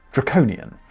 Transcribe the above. draconian.